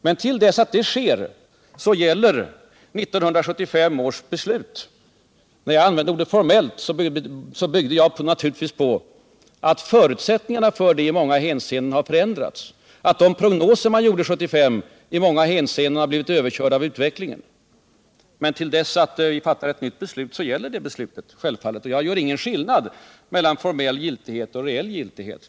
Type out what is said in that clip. Och till dess gäller 1975 års beslut. När jag använde ordet formellt byggde jag naturligtvis på att förutsättningarna för 1975 års beslut i många hänseenden har förändrats, att de prognoser man gjorde 1975 i många hänseenden har blivit överkörda av utvecklingen. Men till dess att vi fattar ett nytt beslut gäller det självfallet, och jag gör ingen skillnad mellan formell och reell giltighet.